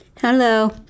Hello